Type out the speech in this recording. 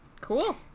cool